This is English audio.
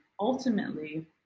ultimately